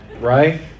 Right